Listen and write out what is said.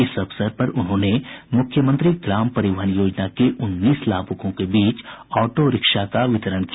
इस अवसर पर उन्होंने मुख्यमंत्री ग्राम परिवहन योजना के उन्नीस लाभुकों के बीच ऑटोरिक्शा का वितरण किया